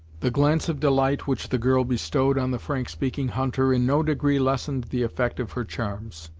the glance of delight which the girl bestowed on the frank-speaking hunter in no degree lessened the effect of her charms,